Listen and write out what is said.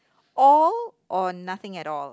all or nothing at all